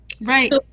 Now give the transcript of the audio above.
Right